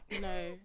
No